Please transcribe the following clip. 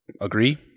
Agree